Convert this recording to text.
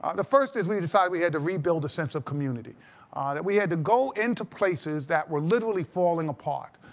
um the first was we decided we had to rebuild a central community that we had to go into places that were literally falling apart.